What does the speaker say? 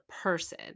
person